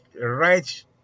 right